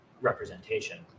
representation